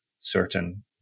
certain